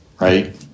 right